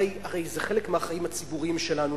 הרי זה חלק מהחיים הציבוריים שלנו,